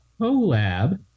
collab